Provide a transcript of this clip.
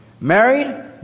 Married